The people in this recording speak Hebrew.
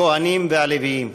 הכוהנים והלוויים.